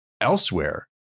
elsewhere